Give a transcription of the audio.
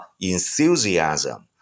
enthusiasm